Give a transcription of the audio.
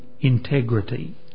integrity